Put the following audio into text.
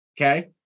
okay